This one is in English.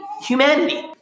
humanity